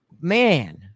man